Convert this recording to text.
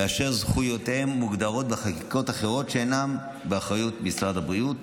ואשר זכויותיה מוגדרות בחקיקות אחרות שאינן באחריות משרד הבריאות.